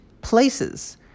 places